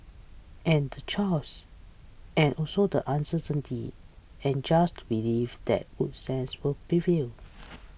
and the chaos and also the uncertainty and just to believe that good sense will prevail